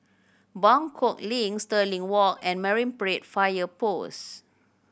Buangkok Link Stirling Walk and Marine Parade Fire Post